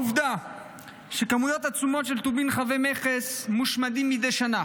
העובדה שכמויות עצומות של טובין חבי מכס מושמדים מדי שנה